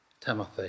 Timothy